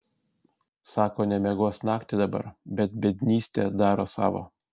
sako nemiegos naktį dabar bet biednystė daro savo